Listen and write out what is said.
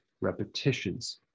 repetitions